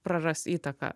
praras įtaką